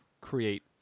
create